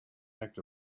act